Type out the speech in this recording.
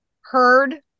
heard